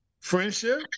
friendship